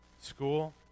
School